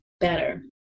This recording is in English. better